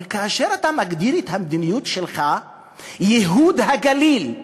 אבל כאשר אתה מגדיר את המדיניות שלך "ייהוד הגליל",